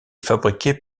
fabriqué